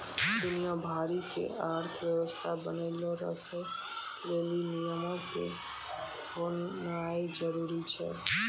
दुनिया भरि के अर्थव्यवस्था बनैलो राखै लेली नियमो के होनाए जरुरी छै